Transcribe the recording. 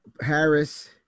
Harris